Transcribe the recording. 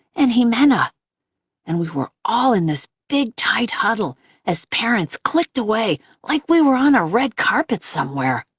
and ximena. and we were all in this big tight huddle as parents clicked away like we were on a red carpet somewhere.